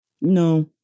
No